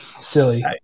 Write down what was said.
silly